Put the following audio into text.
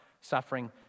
Suffering